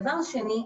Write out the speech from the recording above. דבר שני,